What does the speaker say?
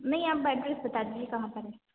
नहीं आप एड्रेस बता दीजिए कहाँ पर है